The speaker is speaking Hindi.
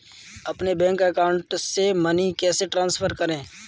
अपने बैंक अकाउंट से मनी कैसे ट्रांसफर करें?